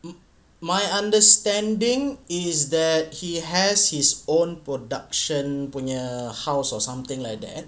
my understanding is that he has his own production punya house or something like that